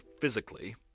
physically